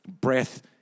Breath